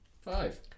five